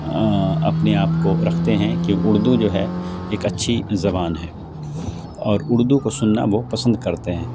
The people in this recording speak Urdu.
اپنے آپ کو رکھتے ہیں کہ اردو جو ہے ایک اچھی زبان ہے اور اردو کو سننا وہ پسند کرتے ہیں